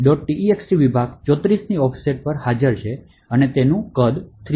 text વિભાગ 34 ની offset પર હાજર છે અને તેનું 3C છે